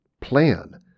plan